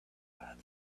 about